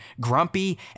grumpy